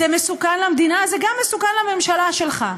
זה מסוכן למדינה, זה מסוכן גם לממשלה שלך.